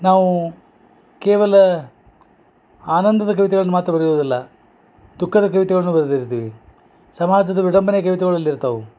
ನಾವು ಕೇವಲ ಆನಂದದ ಕವಿತೆಗಳನ್ನ ಮಾತ್ರ ಬರಿಯುದಿಲ್ಲ ದುಃಖದ ಕವಿತೆಗಳನ್ನು ಬರ್ದಿರ್ತೀವಿ ಸಮಾಜದ ವಿಡಂಬನೆ ಕವಿತೆಗಳು ಅಲ್ಲಿರ್ತಾವು